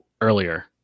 earlier